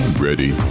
ready